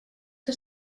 que